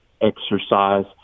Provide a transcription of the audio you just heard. exercise